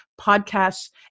podcasts